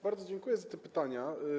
Bardzo dziękuję za te pytania.